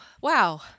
Wow